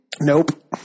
Nope